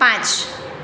પાંચ